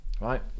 Right